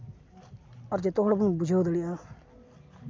ᱟᱨ ᱡᱚᱛᱚ ᱦᱚᱲ ᱵᱚᱱ ᱵᱩᱡᱷᱟᱹᱣ ᱫᱟᱲᱮᱭᱟᱜᱼᱟ